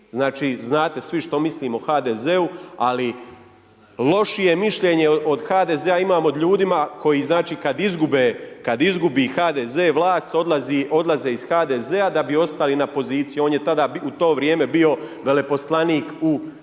Znači, nate svi što mislim o HDZ-u, ali lošije mišljenje od HDZ-a imam od ljudima, kada izgubi HDZ vlast odlaze iz HDZ-a da bi ostali na poziciji. On je tada u to vrijeme bio veleposlanik u Češkoj,